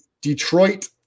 Detroit